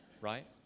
right